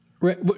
Right